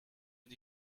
and